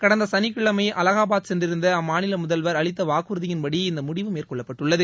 கடந்த சனிக்கிழமை அலகாபாத் சென்றிருந்த அம்மாநில முதல்வர் அளித்த வாக்குறதியின்படி இந்த முடிவு மேற்கொள்ளப்பட்டுள்ளது